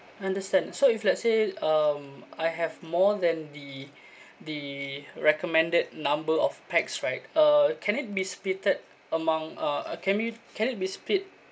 understand so if let's say um I have more than the the recommended number of pax right uh can it be splitted among uh can we can it be split